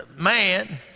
man